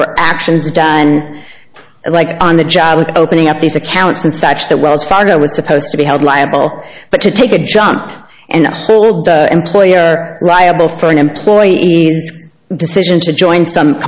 for actions done like on the job of opening up these accounts and such that wells fargo was supposed to be held liable but to take a jump and hold the employer liable for an employee decision to join some